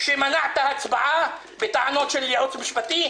כשמנעת הצבעה בטענות של ייעוץ משפטי,